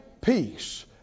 peace